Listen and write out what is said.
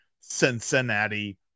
Cincinnati